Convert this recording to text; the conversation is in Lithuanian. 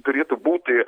turėtų būti